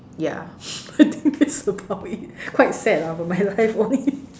ya I think that's about it quite sad lah but my life only